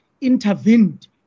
intervened